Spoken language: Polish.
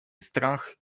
strach